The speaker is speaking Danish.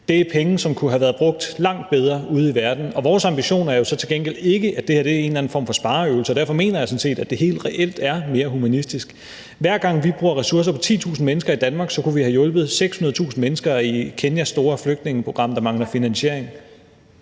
Det er penge, som kunne have været brugt langt bedre ude i verden. Vores ambition er jo så til gengæld ikke, at det her er en eller anden form for spareøvelse. Derfor mener jeg sådan set, at det helt reelt er mere humanistisk. Hver gang vi bruger ressourcer på 10.000 mennesker i Danmark, kunne vi have hjulpet 600.000 mennesker i Kenyas store flygtningeprogram, der mangler finansiering.